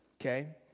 Okay